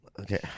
Okay